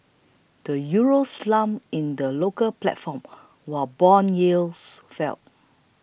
the euro slumped in the local platform while bond yields fell